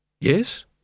Yes